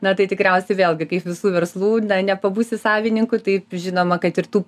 na tai tikriausiai vėlgi kaip visų verslų na nepabūsi savininku taip žinoma kad ir tų